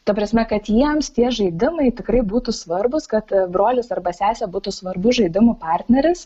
ta prasme kad jiems tie žaidimai tikrai būtų svarbūs kad brolis arba sesė būtų svarbus žaidimų partneris